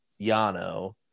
Yano